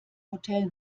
hotel